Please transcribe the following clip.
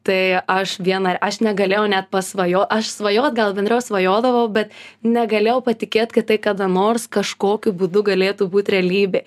tai aš viena aš negalėjau net pasvajo aš svajot gal bendrai svajodavau bet negalėjau patikėt kad tai kada nors kažkokiu būdu galėtų būt realybė